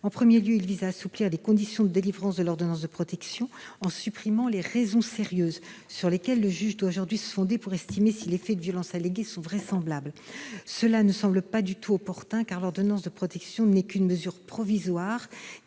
En premier lieu, il vise à assouplir les conditions de délivrance de l'ordonnance de protection, en supprimant les « raisons sérieuses » sur lesquelles le juge doit aujourd'hui se fonder pour estimer la vraisemblance des faits de violences allégués. Cela ne me semble pas du tout opportun, car l'ordonnance de protection n'est qu'une mesure provisoire,